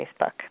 Facebook